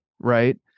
Right